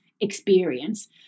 experience